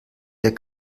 wir